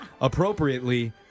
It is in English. appropriately